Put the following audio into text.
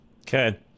Okay